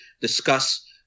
discuss